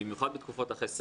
במיוחד בתקופות אחרי סגר,